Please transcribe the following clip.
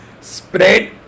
spread